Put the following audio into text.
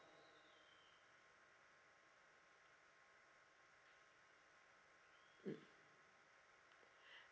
mm